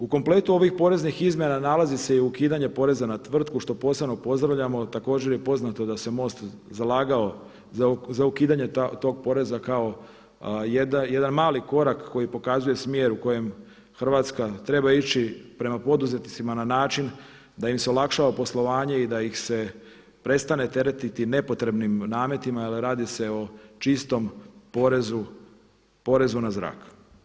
U kompletu ovih poreznih izmjena nalazi se i ukidanje poreza na tvrtku što posebno pozdravljamo, također je poznato da se MOST zalagao za ukidanje tog poreza kao jedan mali korak koji pokazuje smjer u kojem Hrvatska treba ići prema poduzetnicima na način da im se olakšava poslovanje i da ih se prestane teretiti nepotrebnim nametima jer radi se o čistom porezu porezu na zrak.